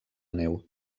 neu